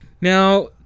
now